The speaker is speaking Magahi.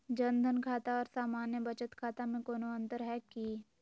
जन धन खाता और सामान्य बचत खाता में कोनो अंतर है की?